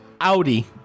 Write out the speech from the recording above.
Audi